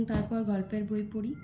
এবং তারপর গল্পের বই পড়ি